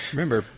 Remember